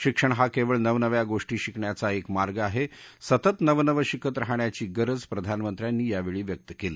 शिक्षण हा केवळ नवनव्या गोष्टी शिकण्याचा के मार्ग आहे सतत नवनवं शिकत राहण्याची गरज प्रधानमंत्र्यांनी यावेळी व्यक्त केली